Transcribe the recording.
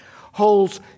holds